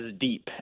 deep